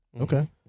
Okay